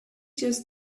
just